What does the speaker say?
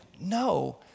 No